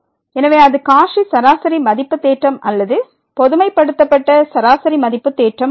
எனவே அது காச்சி சராசரி மதிப்பு தேற்றம் அல்லது பொதுமைப்படுத்தப்பட்ட சராசரி மதிப்பு தேற்றம் ஆகும்